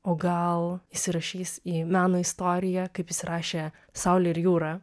o gal įsirašys į meno istoriją kaip įsirašė saulė ir jūra